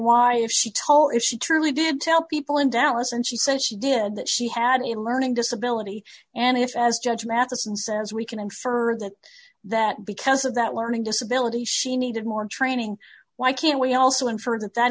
why if she tall is she truly did tell people in dallas and she says she did that she had a learning disability and if as judge matheson says we can infer that that because of that learning disabilities she needed more training why can't we also inference that